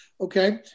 Okay